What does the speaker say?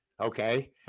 okay